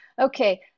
Okay